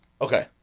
Okay